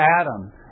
Adam